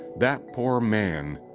that poor man.